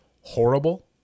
horrible